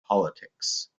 politics